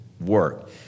work